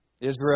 Israel